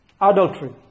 Adultery